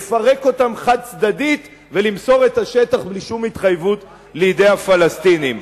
לפרק אותם חד-צדדית ולמסור את השטח בלי שום התחייבות לידי הפלסטינים.